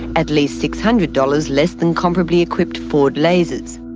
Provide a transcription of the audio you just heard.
at least six hundred dollars less than comparably equipped ford lasers.